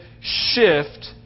shift